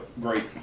great